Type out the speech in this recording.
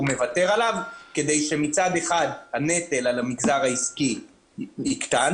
מוותר עליו כדי שהנטל על המגזר העסקי יקטן